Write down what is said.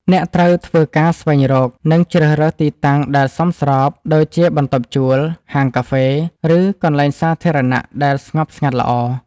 អ្នកត្រូវធ្វើការស្វែងរក និងជ្រើសរើសទីតាំងដែលសមស្រប ដូចជាបន្ទប់ជួល ហាងកាហ្វេ ឬកន្លែងសាធារណៈដែលស្ងប់ស្ងាត់ល្អ។